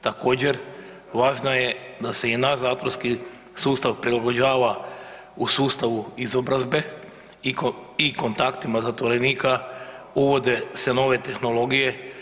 Također važno je da se i naš zatvorski sustav prilagođava u sustavu izobrazbe i kontaktima zatvorenika uvode se nove tehnologije.